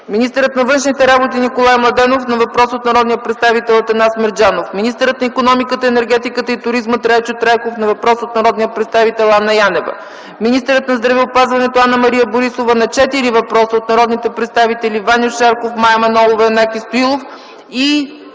министърът на вътрешните работи Николай Младенов на въпрос от народния представител Атанас Мерджанов; - министърът на икономиката, енергетиката и туризма Трайчо Трайков на въпрос от народния представител Анна Янева; - министърът на здравеопазването Анна-Мария Борисова на четири въпроса от народните представители Ваньо Шарков, Мая Манолова и Янаки Стоилов,